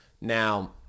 Now